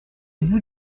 bout